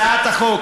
אני לא עוקב אחרי,